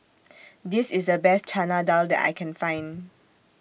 This IS The Best Chana Dal that I Can Find